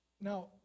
Now